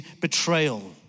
betrayal